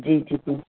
जी जी जी